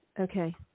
Okay